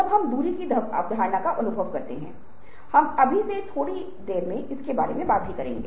उदाहरण के लिए एक ईंट के लिए सभी उपयोगों को नाम दें